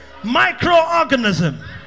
microorganism